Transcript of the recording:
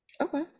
Okay